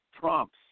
trumps